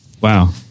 Wow